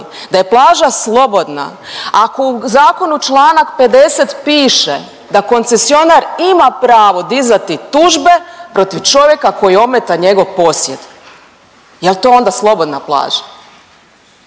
da je plaža slobodna ako u zakonu čl. 50. piše da koncesionar ima pravo dizati tužbe protiv čovjeka koji ometa njegov posjed. Jel to onda slobodna plaža?